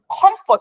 comfort